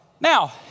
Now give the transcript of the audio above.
Now